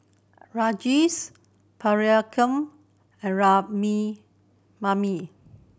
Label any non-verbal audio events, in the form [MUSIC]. Rajesh Priyanka and [UNINTELLIGIBLE]